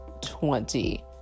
twenty